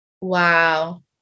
Wow